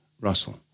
Russell